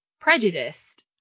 prejudiced